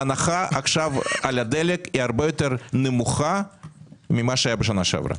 ההנחה עכשיו על הדלק היא הרבה יותר נמוכה ממה שהיא הייתה בשנה שעברה.